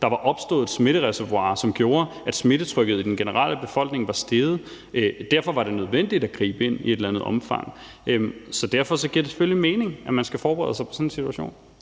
Der var opstået et smittereservoir, som gjorde, at smittetrykket i den generelle befolkning var steget, og derfor var det nødvendigt at gribe ind i et eller andet omfang. Så derfor giver det selvfølgelig mening, at man skal forberede sig på sådan en situation.